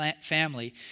family